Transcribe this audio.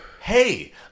hey